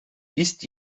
ist